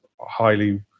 highly